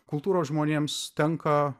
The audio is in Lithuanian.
kultūros žmonėms tenka